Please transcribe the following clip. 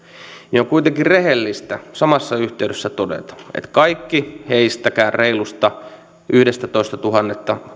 että on kuitenkin rehellistä samassa yhteydessä todeta että kaikki heistä reilusta yhdestätoistatuhannesta